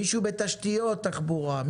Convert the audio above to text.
מישהו מתשתיות תחבורה,